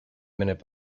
minute